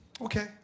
Okay